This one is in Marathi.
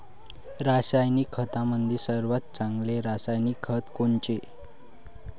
रासायनिक खतामंदी सर्वात चांगले रासायनिक खत कोनचे?